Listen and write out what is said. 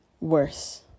worse